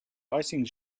icing